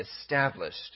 established